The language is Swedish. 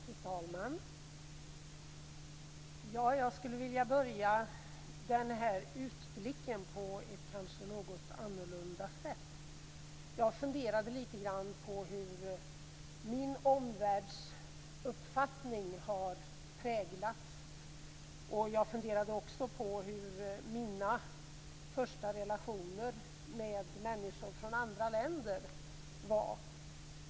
Fru talman! Jag skulle vilja börja den här utblicken på ett kanske något annorlunda sätt. Jag funderade lite grand på hur min omvärldsuppfattning har präglats, och jag funderade också på hur mina första relationer med människor från andra länder var.